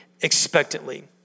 expectantly